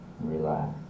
relax